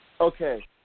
okay